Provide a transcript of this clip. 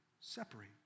separate